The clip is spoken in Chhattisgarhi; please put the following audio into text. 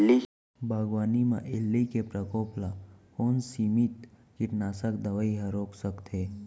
बागवानी म इल्ली के प्रकोप ल कोन सीमित कीटनाशक दवई ह रोक सकथे?